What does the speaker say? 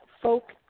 folk